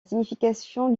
signification